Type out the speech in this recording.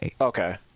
Okay